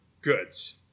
goods